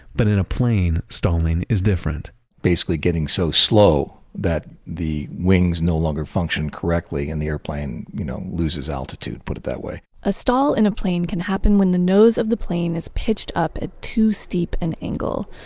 but in a plane, stalling is different basically getting so slow that the wings no longer function correctly, and the airplane you know, loses altitude. let's put it that way a stall in a plane can happen when the nose of the plane is pitched up at too steep an angle.